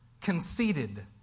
conceited